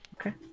Okay